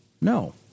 no